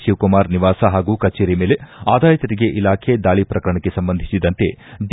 ಶಿವಕುಮಾರ್ ನಿವಾಸ ಹಾಗೂ ಕಚೇರಿ ಮೇಲೆ ಆದಾಯ ತೆರಿಗೆ ಇಲಾಖೆ ದಾಳಿ ಪ್ರಕರಣಕ್ಕೆ ಸಂಬಂಧಿಸಿದಂತೆ ಡಿ